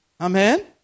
Amen